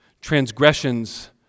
transgressions